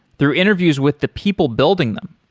through interviews with the people building them.